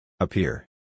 Appear